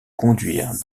conduire